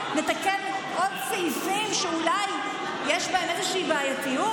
נתקן עוד סעיפים שאולי יש בהם איזושהי בעייתיות,